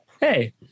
hey